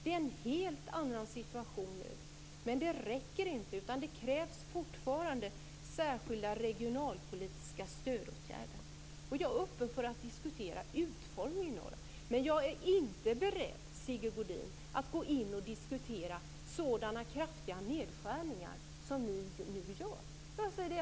Det är en helt annan situation nu, men det räcker inte. Det krävs fortfarande särskilda regionalpolitiska stödåtgärder. Jag är öppen för att diskutera utformningen av dem, men jag är inte beredd att diskutera så kraftiga nedskärningar som ni nu föreslår, Sigge Godin.